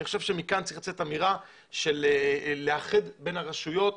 אני חושב שמכאן צריכה לצאת אמירה לאחד בין הרשויות,